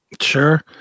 Sure